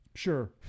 sure